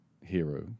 hero